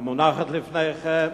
המונחת לפניכם